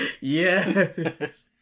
Yes